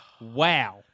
Wow